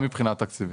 מבחינת תקציב.